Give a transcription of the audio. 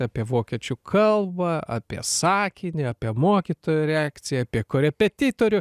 apie vokiečių kalbą apie sakinį apie mokytojo reakciją apie korepetitorių